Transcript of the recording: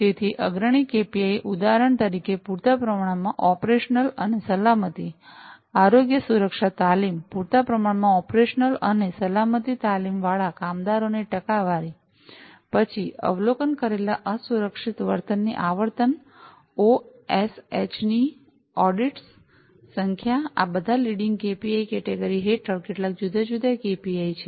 તેથી અગ્રણી કેપીઆઈ ઉદાહરણ તરીકે પૂરતા પ્રમાણમાં ઓપરેશનલ અને સલામતી આરોગ્ય સુરક્ષા તાલીમ પૂરતા પ્રમાણમાં ઓપરેશનલ અને સલામતી તાલીમવાળા કામદારોની ટકાવારી પછી અવલોકન કરેલા અસુરક્ષિત વર્તનની આવર્તન ઓએસએચની ઑડિટ્સ સંખ્યા આ બધા લીડિંગ કેપીઆઈ કેટેગરી હેઠળ કેટલાક જુદા જુદા કેપીઆઈ છે